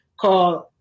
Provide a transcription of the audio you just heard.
called